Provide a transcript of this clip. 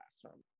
classroom